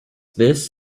this